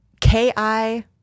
K-I